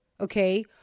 okay